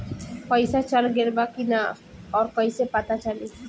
पइसा चल गेलऽ बा कि न और कइसे पता चलि?